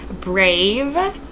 brave